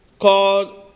called